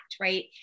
right